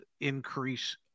increase